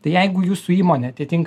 tai jeigu jūsų įmonė atitinka